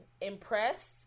impressed